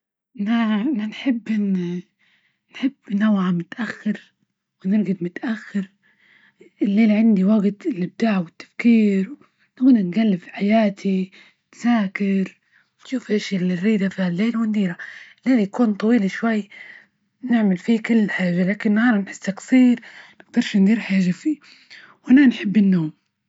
ما نحب -نحب نوعا متأخر ونرقد متأخر، الليل عندي وجت للإبداع والتفكير نونا نقلب في حياتي، نذاكر نشوف إيش اللي زايد في الليل ونديرة، الليل يكون طويل شوي نعمل فيه كل حاجة، لكن النهار نحسة جصير ما نقدرش ندير حاجة فية وأنا نحب النوم.